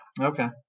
Okay